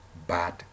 bad